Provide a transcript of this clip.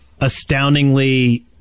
astoundingly